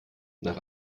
nach